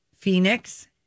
Phoenix